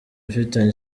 ufitanye